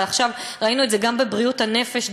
ועכשיו ראינו את זה גם בבריאות הנפש,